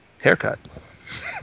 Haircut